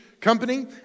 company